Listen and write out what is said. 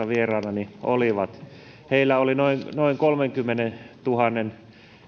vieraanani oli oli noin kolmenkymmenentuhannen